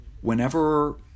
whenever